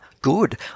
good